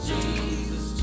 Jesus